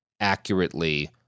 accurately